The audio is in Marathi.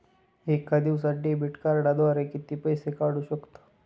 एका दिवसांत डेबिट कार्डद्वारे किती वेळा पैसे काढू शकतो?